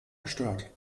gestört